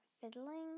fiddling